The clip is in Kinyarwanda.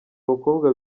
abakobwa